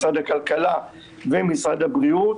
משרד הכלכלה ומשרד הבריאות.